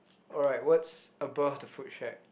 alright what's above the food shack